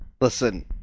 Listen